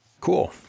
Cool